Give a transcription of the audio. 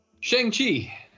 Shang-Chi